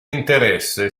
interesse